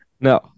No